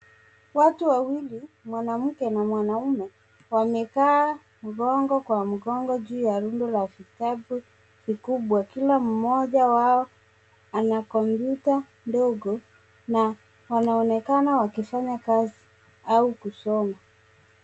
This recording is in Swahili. Watu wawili mwanamke na mwanaume wamekaa mngongo kwa mngongo juu ya rundo la vitabu vikubwa kila mmoja wao ana kompyuta ndogo na wanaonekana wakifanya kazi au kusoma.